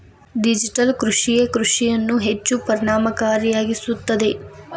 digital ಕೃಷಿಯೇ ಕೃಷಿಯನ್ನು ಹೆಚ್ಚು ಪರಿಣಾಮಕಾರಿಯಾಗಿಸುತ್ತದೆ